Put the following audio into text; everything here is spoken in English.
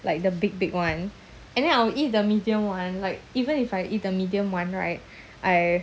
like the big big [one] and then I'll eat the medium [one] like even if I eat the medium [one] right I